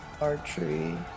Archery